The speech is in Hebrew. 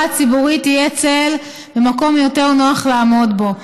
הציבורית יהיה צל ומקום יותר נוח לעמוד בו.